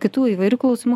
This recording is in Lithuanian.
kitų įvairių klausimų